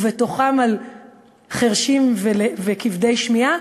ובתוכם על חירשים וכבדי שמיעה,